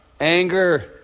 anger